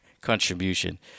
contribution